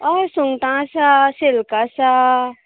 होय सुंगटा आसा शेलकां आसा